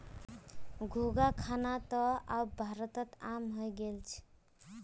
घोंघा खाना त अब भारतत आम हइ गेल छ